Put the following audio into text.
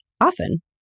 Often